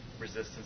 resistance